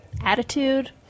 attitude